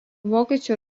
vokiečių